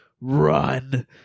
run